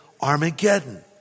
Armageddon